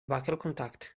wackelkontakt